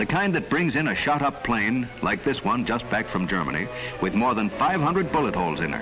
the kind that brings in a shot up plane like this one just back from germany with more than five hundred bullet holes in